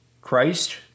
Christ